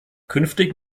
künftig